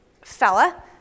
fella